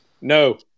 No